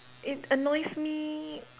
it annoys me